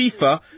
FIFA